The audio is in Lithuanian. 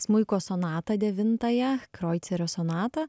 smuiko sonatą devintąją kroicerio sonatą